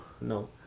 No